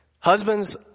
Husbands